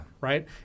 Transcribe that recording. Right